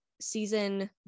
season